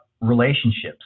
relationships